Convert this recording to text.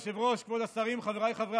אדוני היושב-ראש, כבוד השרים, חבריי חברי